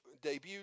debuted